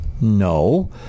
No